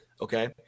Okay